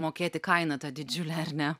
mokėti kainą tą didžiulę ar ne